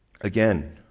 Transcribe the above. Again